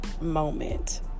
moment